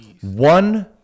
One